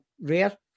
rare